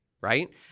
right